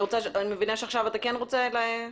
אני מבינה שעכשיו אתה רוצה לומר משהו.